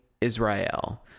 Israel